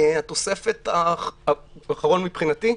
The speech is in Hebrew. האחרון מבחינתי,